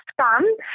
come